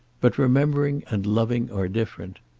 but remembering and loving are different.